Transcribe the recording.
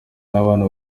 n’abana